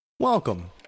Welcome